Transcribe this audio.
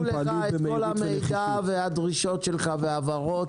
כל עוד העמידו לך את כל המידע ואת הדרישות שלך וההבהרות